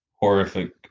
horrific